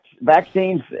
vaccines